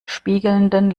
spiegelnden